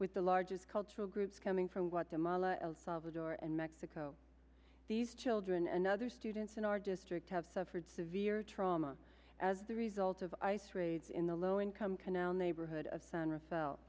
with the largest cultural groups coming from guatemala el salvador and mexico these children and other students in our district have suffered severe trauma as the result of ice raids in the low income canal neighborhood